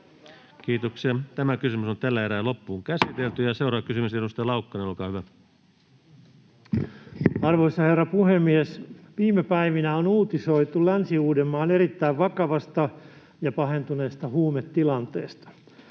sairaiden ihmisten taloudellista asemaa. Seuraava kysymys, edustaja Laukkanen, olkaa hyvä. Arvoisa herra puhemies! Viime päivinä on uutisoitu Länsi-Uudenmaan erittäin vakavasta ja pahentuneesta huumetilanteesta.